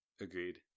Agreed